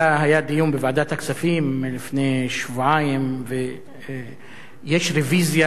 היה דיון בוועדת הכספים לפני שבועיים ויש רוויזיה